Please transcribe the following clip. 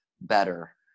better